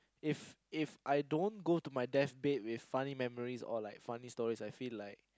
if If I don't go to my death bed with funny memories or like funny stories I feel like